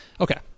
Okay